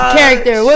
Character